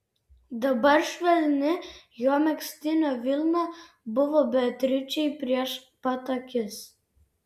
dabar švelni jo megztinio vilna buvo beatričei prieš pat akis